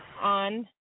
on